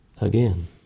again